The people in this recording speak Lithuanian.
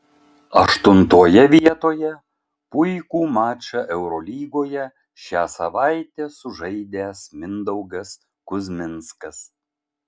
aštuntoje vietoje puikų mačą eurolygoje šią savaitę sužaidęs mindaugas kuzminskas